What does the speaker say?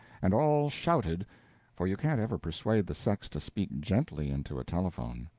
and all shouted for you can't ever persuade the sex to speak gently into a telephone